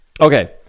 Okay